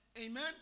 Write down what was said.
Amen